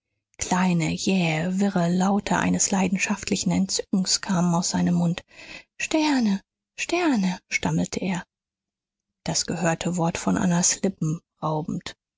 kleine jähe wirre laute eines leidenschaftlichen entzückens kamen aus seinem mund sterne sterne stammelte er das gehörte wort von annas lippen